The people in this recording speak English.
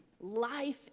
life